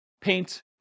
paint